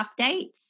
updates